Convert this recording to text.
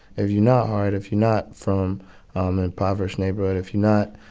if you're not hard, if you're not from um an impoverished neighborhood, if you're not,